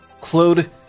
Claude